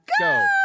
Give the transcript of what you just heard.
go